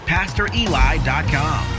PastorEli.com